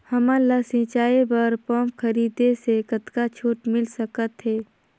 हमन ला सिंचाई बर पंप खरीदे से कतका छूट मिल सकत हे?